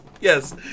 Yes